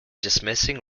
dismissing